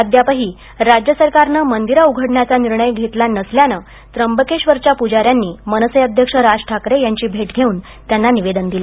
अद्यापही राज्य सरकारनं मंदिरं उघडण्याचा निर्णय घेतला नसल्यानं त्र्यंबकेश्वरच्या पुजाऱ्यांनी मनसे अध्यक्ष राज ठाकरे यांची भेट घेऊन त्यांना निवेदन दिलं